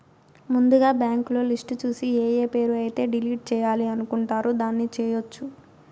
ముందుగా బ్యాంకులో లిస్టు చూసి ఏఏ పేరు అయితే డిలీట్ చేయాలి అనుకుంటారు దాన్ని చేయొచ్చు